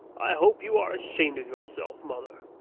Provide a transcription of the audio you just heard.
i hope you are ashamed of yourself, mother.